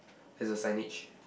there's a signage